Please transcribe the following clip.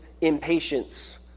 impatience